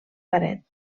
paret